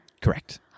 Correct